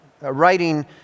writing